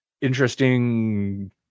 interesting